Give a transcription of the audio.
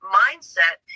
mindset